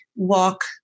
walk